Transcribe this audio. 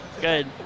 Good